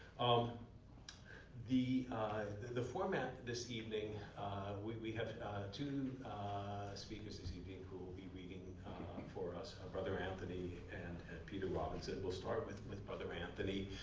um the the format this evening we we have two speakers this evening who will be reading for us, ah brother anthony and peter robinson. we'll start with with brother anthony.